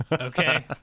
okay